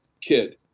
kid